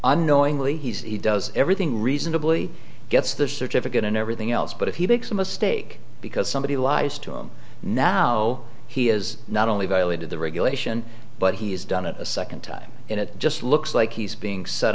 unknowingly he does everything reasonably gets the certificate and everything else but if he makes a mistake because somebody lies to him now he is not only violated the regulation but he's done it a second time and it just looks like he's being set